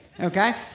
okay